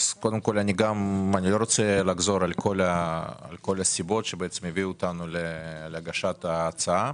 אני לא רוצה לחזור על כל הסיבות שהביאו אותנו להגשת ההצעה